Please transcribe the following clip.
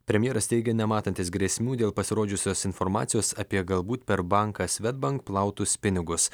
premjeras teigė nematantis grėsmių dėl pasirodžiusios informacijos apie galbūt per banką svedbank plautus pinigus